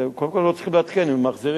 זה, קודם כול, לא צריכים לעדכן, הם מחזירים.